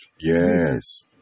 Yes